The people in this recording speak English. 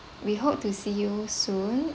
we hope to see you soon